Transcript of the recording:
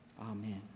Amen